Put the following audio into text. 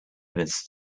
must